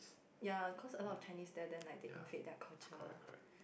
ya cause a lot of Chinese there then like they invade their culture